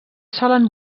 solen